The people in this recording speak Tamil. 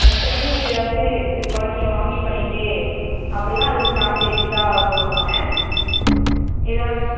ஆ மற்றபடி ஏதாவுது குழந்தைங்க வாமிட் பண்ணிட்டுது அப்படினா அதுக்கு சார்ஜ் எக்ஸ்ட்ரா போடுவாங்க ஏதாவுது